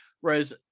whereas